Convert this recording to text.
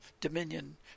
Dominion